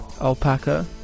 Alpaca